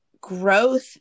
growth